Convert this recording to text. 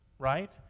Right